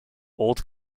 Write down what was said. old